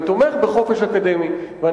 אני תומך בחופש אקדמי.